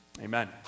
Amen